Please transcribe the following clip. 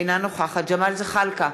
אינה נוכחת ג'מאל זחאלקה,